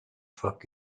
fuck